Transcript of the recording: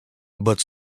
but